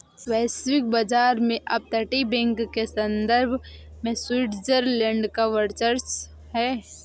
वैश्विक बाजार में अपतटीय बैंक के संदर्भ में स्विट्जरलैंड का वर्चस्व है